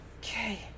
Okay